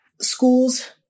Schools